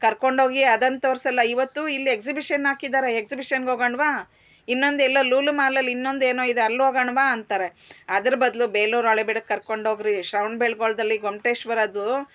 ಕರ್ಕೊಂಡೋಗಿ ಅದನ್ನು ತೋರಿಸಲ್ಲ ಇವತ್ತು ಇಲ್ಲಿ ಎಕ್ಸಿಬಿಷನ್ ಹಾಕಿದ್ದಾರೆ ಎಕ್ಸಿಬಿಷನ್ಗೆ ಹೋಗೋಣ್ವಾ ಇನ್ನೊಂದೆಲ್ಲೋ ಲೂಲು ಮಾಲಲ್ಲಿ ಇನ್ನೊಂದೇನೋ ಇದೆ ಅಲ್ಲಿ ಹೋಗಣ್ವಾ ಅಂತಾರೆ ಅದ್ರ ಬದಲು ಬೇಲೂರು ಹಳೇಬೀಡಗ್ ಕರ್ಕೊಂಡೋಗಿರಿ ಶ್ರವಣ್ಬೆಳಗೊಳ್ದಲ್ಲಿ ಗೊಮ್ಮಟೇಶ್ವರದು